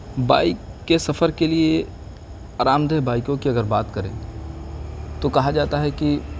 bike کے سفر کے لیے آرام دہ بائکوں کی اگر بات کریں تو کہا جاتا ہے کہ